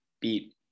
beat